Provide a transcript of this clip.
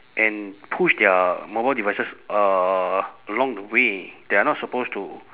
and push their mobile devices uh along the way they are not supposed to